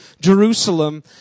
Jerusalem